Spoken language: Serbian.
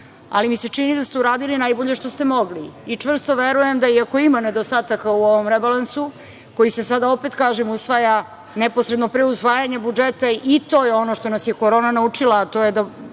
ali mi se čini da ste uradili najbolje što ste mogli. Čvrsto verujem da i ako ima nedostataka u ovom rebalansu, koji se sada, opet kažem, usvaja neposredno pre usvajanja budžeta, i to je ono što nas je korona naučila, a to je da